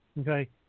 Okay